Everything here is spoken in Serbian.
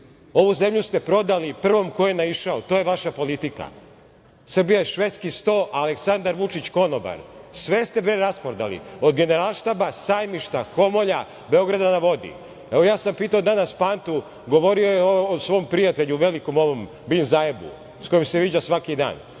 zemlju ste prodali prvom koji je naišao, to je vaša politika. Srbija je Švedski sto, Aleksandar Vučić, konobar. Sve ste bre rasprodali, od Generalštaba, Sajmišta, Homolja, Beograda na vodi. Pitao sam danas Pantu, govorio je o svom prijatelju velikom ovom Bin zajebu, sa kojim se viđa svaki dan,